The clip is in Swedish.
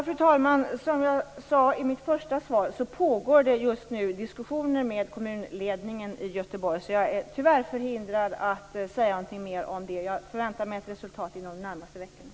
Fru talman! Det pågår just nu diskussioner med kommunledningen i Göteborg. Jag är tyvärr förhindrad att säga något mer om det. Jag förväntar mig ett resultat inom de närmsta veckorna.